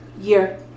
Year